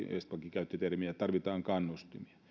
ja vestmankin käytti termiä tarvitaan kannustimia